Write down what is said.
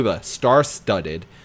star-studded